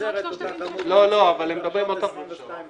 לייצר את אותה כמות ביצים, יש צורך ב-22,500.